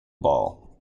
ball